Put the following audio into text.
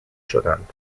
شدند